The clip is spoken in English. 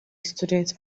student